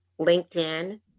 LinkedIn